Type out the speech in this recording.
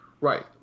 right